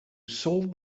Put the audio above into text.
sold